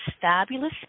fabulous